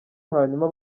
hanyuma